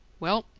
well,